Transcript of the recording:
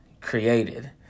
created